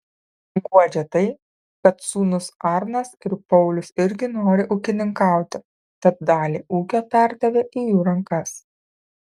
guodžia tai kad sūnūs arnas ir paulius irgi nori ūkininkauti tad dalį ūkio perdavė į jų rankas